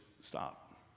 stop